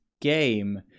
game